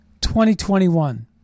2021